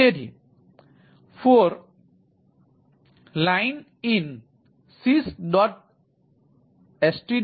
તેથી for line in sys